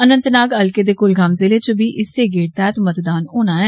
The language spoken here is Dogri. अनंतनाग हलके दे कुलगाम जिले च बी इस्सै गेड़ तैह्त मतदान होना ऐ